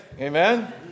Amen